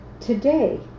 today